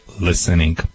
listening